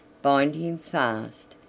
bind him fast,